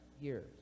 years